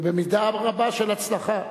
ובמידה רבה של הצלחה.